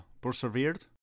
persevered